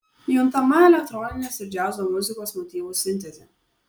juntama elektroninės ir džiazo muzikos motyvų sintezė